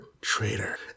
traitor